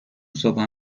صبحها